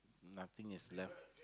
nothing is left